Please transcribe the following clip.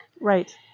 Right